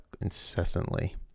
incessantly